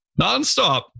nonstop